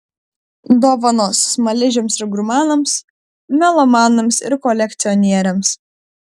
dovanos smaližiams ir gurmanams melomanams ir kolekcionieriams